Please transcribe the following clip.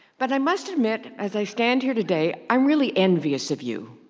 but i must admit, as i stand here today, i'm really envious of you.